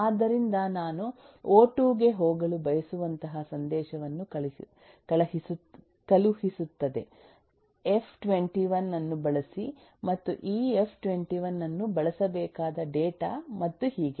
ಆದ್ದರಿಂದ ನಾನು ಒ2 ಗೆ ಹೋಗಲು ಬಯಸುವಂತಹ ಸಂದೇಶವನ್ನು ಕಳುಹಿಸುತ್ತದೆ ಎಫ್21 ಅನ್ನು ಬಳಸಿ ಮತ್ತು ಈ ಎಫ್ 21 ಅನ್ನು ಬಳಸಬೇಕಾದ ಡೇಟಾ ಮತ್ತು ಹೀಗೆ